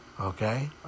Okay